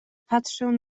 patrzył